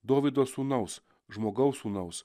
dovydo sūnaus žmogaus sūnaus